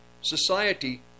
society